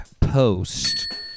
Post